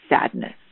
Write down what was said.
sadness